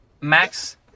max